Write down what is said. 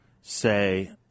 say